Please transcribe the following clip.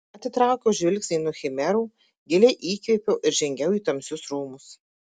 atitraukiau žvilgsnį nuo chimerų giliai įkvėpiau ir žengiau į tamsius rūmus